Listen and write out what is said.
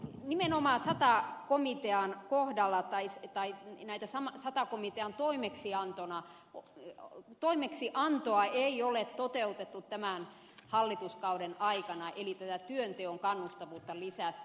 miten omaa syytään komiteaan kohdalla taisi kyllä nimenomaan tätä sata komitean toimeksiantoa ei ole toteutettu tämän hallituskauden aikana eli tätä työnteon kannustavuutta lisätty